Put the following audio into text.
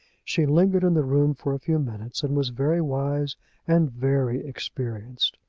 she lingered in the room for a few minutes, and was very wise and very experienced.